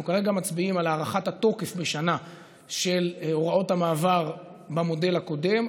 אנחנו כרגע מצביעים על הארכת התוקף בשנה של הוראות המעבר במודל הקודם,